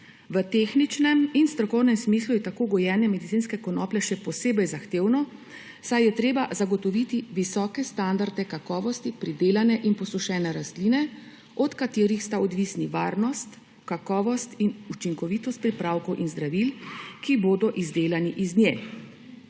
V tehničnem in strokovnem smislu je tako gojenje medicinske konoplje še posebej zahtevno, saj je treba zagotoviti visoke standarde kakovosti pridelane in posušene rastline, od katere so odvisne varnost, kakovost in učinkovitost pripravkov in zdravil, ki bodo izdelani iz nje.